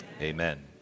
Amen